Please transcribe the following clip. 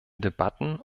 debatten